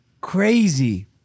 Crazy